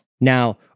Now